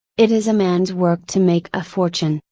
it is a man's work to make a fortune,